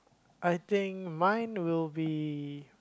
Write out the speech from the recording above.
I think mine will be